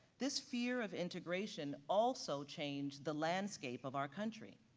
this fear of integration also changed the landscape of our country.